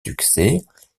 succès